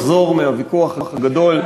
אחזור מהוויכוח הגדול,